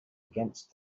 against